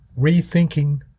Rethinking